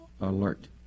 alert